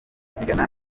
zigana